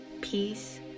peace